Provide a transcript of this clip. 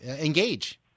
engage